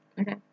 Okay